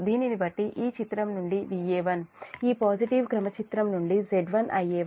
దీనిని బట్టి ఈ చిత్రం నుండి Va1 ఈ పాజిటివ్ క్రమ చిత్రం నుండి Z1 Ia1